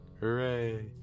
Hooray